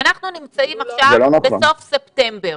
אנחנו נמצאים עכשיו בסוף ספטמבר.